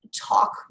talk